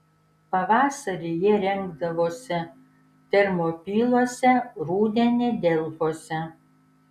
pavasarį jie rinkdavosi termopiluose rudenį delfuose